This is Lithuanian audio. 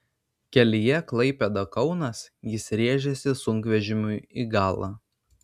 kelyje klaipėda kaunas jis rėžėsi sunkvežimiui į galą